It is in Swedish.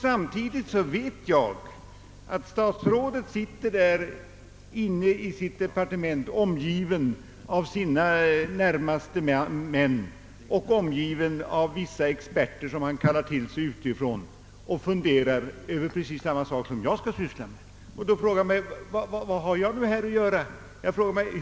Samtidigt vet jag att statsrådet sitter i sitt departement, omgiven av sina närmaste män och vissa experter, som han kallar till sig utifrån, och funderar över precis samma sak som jag. Då frågar jag mig: Vad har jag här att göra?